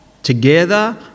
Together